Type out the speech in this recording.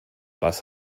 was